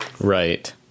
Right